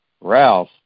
Ralph